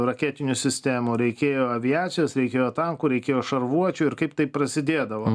raketinių sistemų reikėjo aviacijos reikėjo tankų reikėjo šarvuočių ir kaip tai prasidėdavo